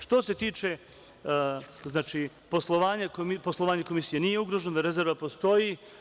Što se tiče poslovanja Komisije, poslovanje Komisije nije ugroženo, rezerva postoji.